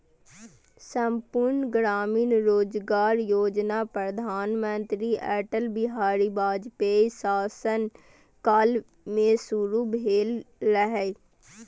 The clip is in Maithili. संपूर्ण ग्रामीण रोजगार योजना प्रधानमंत्री अटल बिहारी वाजपेयीक शासन काल मे शुरू भेल रहै